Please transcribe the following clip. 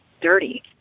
dirty